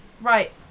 right